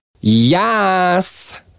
Yes